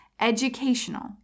educational